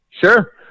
sure